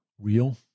real